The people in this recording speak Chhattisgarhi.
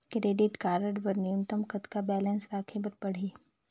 क्रेडिट कारड बर न्यूनतम कतका बैलेंस राखे बर पड़ही?